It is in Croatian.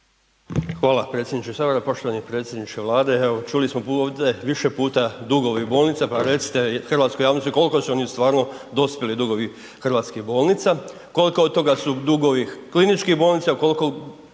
Hvala predsjedniče HS. Poštovani predsjedniče Vlade, evo čuli smo ovde više puta dugovi bolnice, pa recite hrvatskoj javnosti koliko su oni stvarno dospjeli dugovi hrvatskih bolnica, koliko od toga su dugovi kliničkih bolnica, kolko